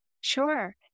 Sure